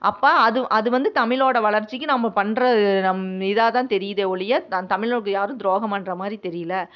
அப்போ அது அது வந்து தமிழோடய வளர்ச்சிக்கு நம்ம பண்ற நம் இதாகதான் தெரியுதே ஒழிய அந் தமிழுக்கு யாரும் துரோகம் பண்றமாதிரி தெரியல